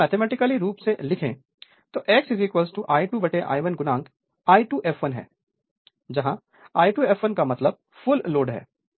अगर हम मैथमेटिकली रूप से लिखें तो x I2I2 I2 fl है जहां I2 fl का मतलब फुल लोड है